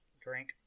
Drink